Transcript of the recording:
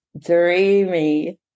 dreamy